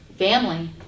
Family